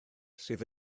sydd